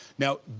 now,